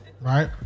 right